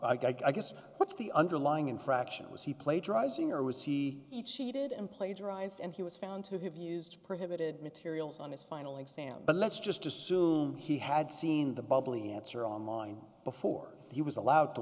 what's the underlying infraction was he plagiarizing or was he each cheated and plagiarized and he was found to have used prohibited materials on his final exam but let's just assume he had seen the bubbly answer online before he was allowed to